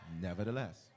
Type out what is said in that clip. Nevertheless